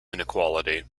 inequality